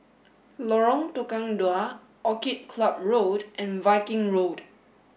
Lorong Tukang Dua Orchid Club Road and Viking Road